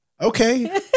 Okay